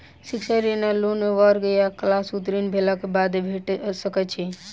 शिक्षा ऋण वा लोन केँ वर्ग वा क्लास उत्तीर्ण भेलाक बाद भेट सकैत छी?